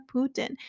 Putin